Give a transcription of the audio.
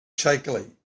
shakily